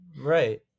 right